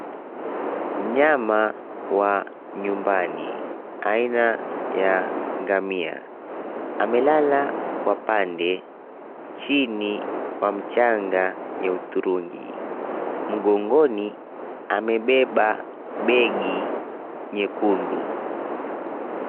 Mnyama wa nyumbani aina ya ngamia amelala kwa pande chini kwa mchanga ya hudhurungi. Mgongoni amebeba begi nyekundu.